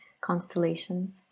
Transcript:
constellations